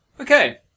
Okay